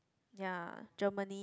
ya Germany